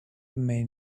may